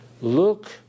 look